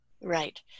Right